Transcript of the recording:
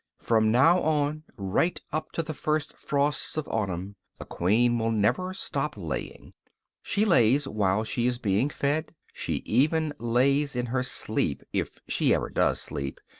from now on right up to the first frosts of autumn the queen will never stop laying she lays while she is being fed, she even lays in her sleep, if she ever does sleep,